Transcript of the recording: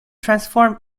transform